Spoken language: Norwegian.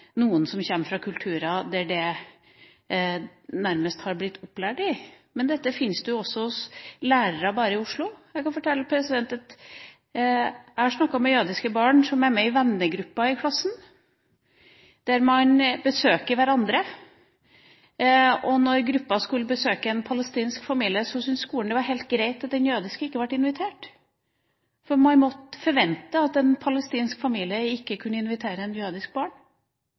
noen som kommer fra kulturer der de nærmest har blitt opplært i det, men dette fins også hos lærere i Oslo. Jeg har snakket med jødiske barn som er med i en vennegruppe i klassen, der man besøker hverandre. Da gruppa skulle besøke en palestinsk familie, syntes skolen det var helt greit at den jødiske eleven ikke ble invitert, for man måtte forvente at en palestinsk familie ikke kunne invitere et jødisk barn.